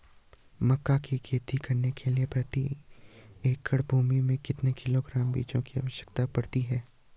मक्का की खेती करने के लिए हमें प्रति एकड़ भूमि में कितने किलोग्राम बीजों की आवश्यकता पड़ती है?